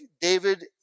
David